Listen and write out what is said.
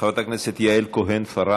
חברת הכנסת יעל כהן-פארן,